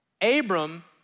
Abram